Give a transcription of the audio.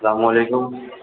السلام علیکم